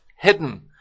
hidden